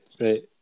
Right